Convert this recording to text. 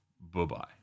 Bye-bye